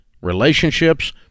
relationships